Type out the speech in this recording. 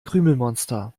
krümelmonster